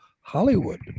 Hollywood